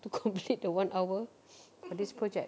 to complete the one hour for this project